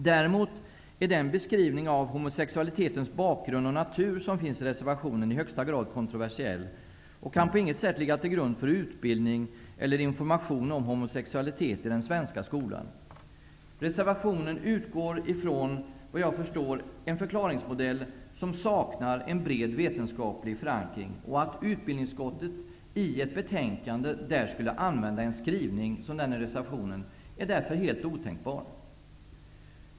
Däremot är den beskrivning av homosexualitetens bakgrund och natur, som finns i reservationen, i högsta grad kontroversiell och kan på intet sätt ligga till grund för utbildning eller information om homosexualitet i den svenska skolan. Reservationen utgår såvitt jag förstår från en förklaringsmodell som saknar en bred vetenskaplig förankring. Att utbildningsutskottet i ett betänkande skulle använda en skrivning som den i reservationen är därför helt otänkbart.